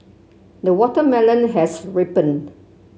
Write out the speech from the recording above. the watermelon has ripened